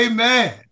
Amen